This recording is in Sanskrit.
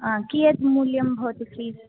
हा कियत् मूल्यं भवति फ़ीस्